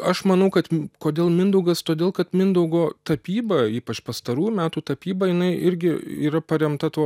aš manau kad kodėl mindaugas todėl kad mindaugo tapyba ypač pastarųjų metų tapyba jinai irgi yra paremta tuo